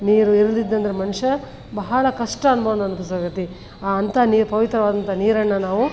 ನೀರು ಇರ್ದಿದ್ದಂದ್ರೆ ಮನುಷ್ಯ ಬಹಳ ಕಷ್ಟ ಆ ಅಂಥ ನೀರು ಪವಿತ್ರವಾದಂಥ ನೀರನ್ನು ನಾವು